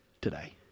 today